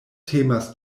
temas